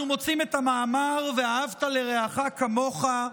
אנחנו מוצאים את המאמר "ואהבת לרעך כמוך".